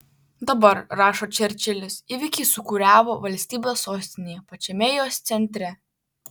dabar rašo čerčilis įvykiai sūkuriavo valstybės sostinėje pačiame jos centre